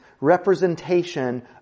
representation